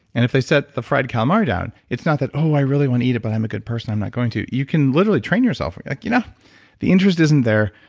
and if they set the fried calamari down, it's not that, oh, i really want to eat it, but i'm a good person. i'm not going to. you can literally train yourself like, you know the interest isn't there.